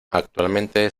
actualmente